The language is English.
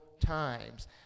times